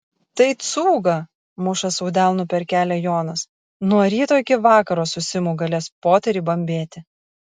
tai cūga muša sau delnu per kelią jonas nuo ryto iki vakaro su simu galės poterį bambėti